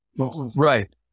Right